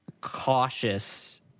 cautious